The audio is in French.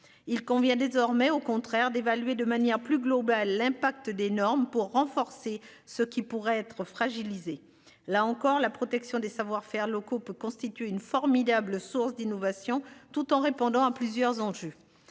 Il convient désormais au contraire d'évaluer de manière plus globale, l'impact d'normes pour renforcer ce qui pourrait être fragilisé, là encore la protection des savoir-faire locaux peut constituer une formidable source d'innovation tout en répondant à plusieurs enjeux.